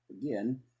again